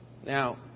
Now